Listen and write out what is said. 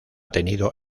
tenido